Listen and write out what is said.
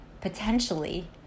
potentially